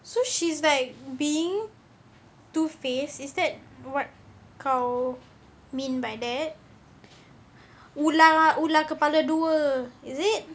so she's like being two faced is that what kau mean by that ular ular kepala dua is it